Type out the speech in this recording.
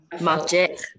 magic